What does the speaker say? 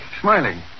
Smiling